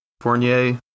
Fournier